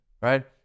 right